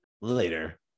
Later